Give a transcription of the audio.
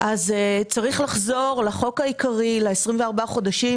צריך לחזור לחוק העיקרי ל-24 חודשים,